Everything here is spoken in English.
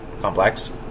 complex